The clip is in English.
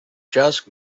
just